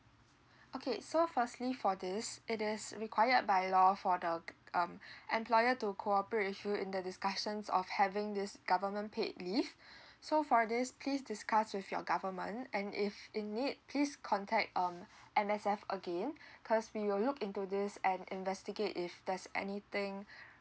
okay so firstly for this it is required by law for the um employer to cooperate with you in the discussions of having this government paid leave so for this please discuss with your government and if in need please contact um M_S_G again cause we will look into this and investigate if there's anything